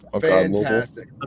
Fantastic